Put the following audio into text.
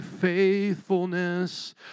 faithfulness